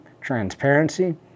transparency